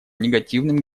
негативным